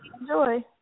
Enjoy